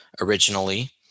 originally